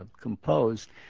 composed